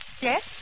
Yes